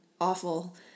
awful